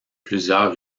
plusieurs